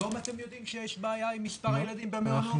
היום אתם יודעים שיש בעיה עם מספר הילדים במעונות?